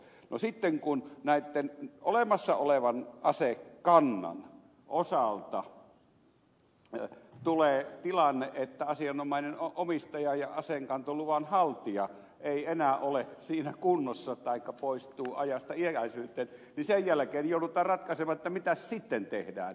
no sitten kun tämän olemassa olevan asekannan osalta tulee tilanne että asianomainen omistaja ja aseenkantoluvan haltija ei enää ole kunnossa taikka poistuu ajasta iäisyyteen niin sen jälkeen joudutaan ratkaisemaan mitäs sitten tehdään